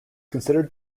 considered